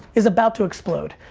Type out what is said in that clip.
is about to explode.